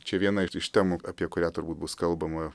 čia viena iš temų apie kurią turbūt bus kalbama